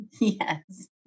Yes